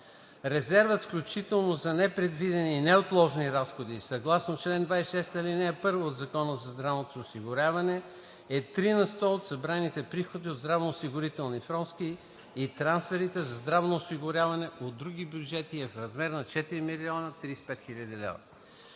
Резервът, включително за непредвидени и неотложни разходи, съгласно чл. 26, ал. 1 от Закона за здравното осигуряване, е три на сто от събраните приходи от здравноосигурителни вноски и трансферите за здравно осигуряване от други бюджети и е в размер на 4 035 000 лв.